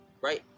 right